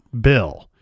Bill